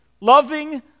Loving